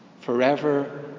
forever